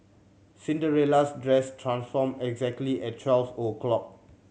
Cinderella's dress transformed exactly at twelve o'clock